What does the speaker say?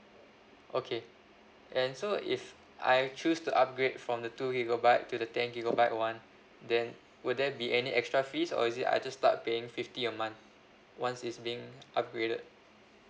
okay and so if I choose to upgrade from the two gigabyte to the ten gigabyte [one] then will there be any extra fees or is it I just start paying fifty a month once is being upgraded